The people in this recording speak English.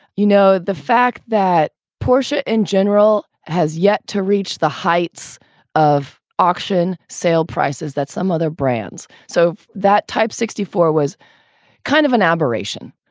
you know, the fact that porsche in general has yet to reach the heights of auction sale prices that some other brands. so that type sixty four was kind of an aberration.